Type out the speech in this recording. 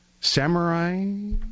samurai